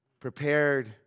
Prepared